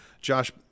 josh